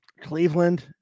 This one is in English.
Cleveland